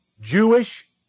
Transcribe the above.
Jewish